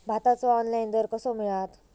भाताचो ऑनलाइन दर कसो मिळात?